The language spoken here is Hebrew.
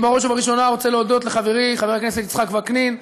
אני בראש ובראשונה רוצה להודות לחברי חבר הכנסת יצחק וקנין,